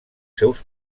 seus